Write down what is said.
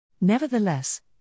Nevertheless